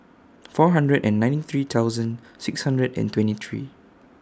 four hundred and ninety three thousand six hundred and twenty three